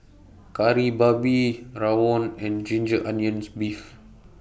Kari Babi Rawon and Ginger Onions Beef